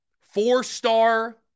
four-star